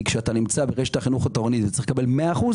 כי כשאתה נמצא ברשת החינוך התורנית וצריך לקבל 100%,